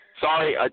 Sorry